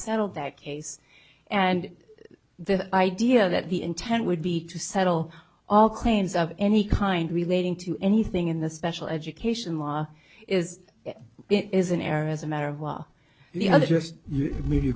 settled that case and the idea that the intent would be to settle all claims of any kind relating to anything in the special education law is it is an error as a matter of law the other just